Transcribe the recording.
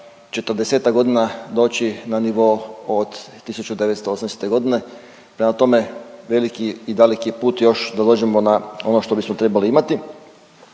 40-ak godina doći na nivo od 1980. godine, prema tome veliki i dalek je put da dođemo na ono što bismo trebali imati,